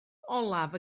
olaf